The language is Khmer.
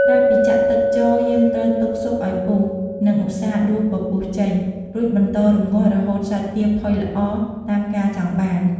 ក្រោយពីចាក់់ទឹកចូល យើងត្រូវទុកស៊ុបឱ្យពុះ និង ឧស្សាហ៍ដួសពពុះចេញ រួចបន្តរំងាស់រហូតសាច់ទាផុយល្អតាមការចង់បាន។